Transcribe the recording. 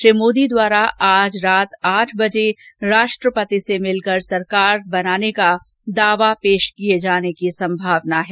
श्री मोदी द्वारा आज आज रात आठ बजे राष्ट्रपति से मिलकर सरकार बनाने का दावा पेश करने की संभावना है